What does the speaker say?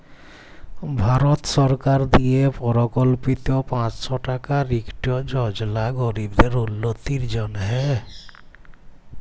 ভারত সরকারের দিয়ে পরকল্পিত পাঁচশ টাকার ইকট যজলা গরিবদের উল্লতির জ্যনহে